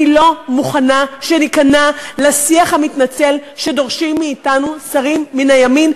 אני לא מוכנה שניכנע לשיח המתנצל שדורשים מאתנו שרים מן הימין.